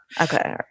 Okay